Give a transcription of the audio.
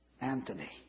Anthony